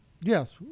Yes